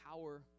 power